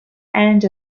and